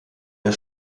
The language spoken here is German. der